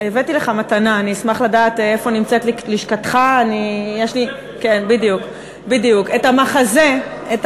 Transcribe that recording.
יש לה זכות להגיב בהצעה לסדר-היום אם הממשלה מבקשת להסיר אותה,